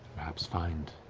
perhaps find